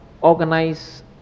organize